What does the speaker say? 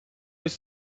it’s